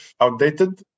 outdated